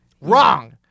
wrong